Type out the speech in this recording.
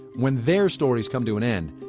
when their stories come to an end,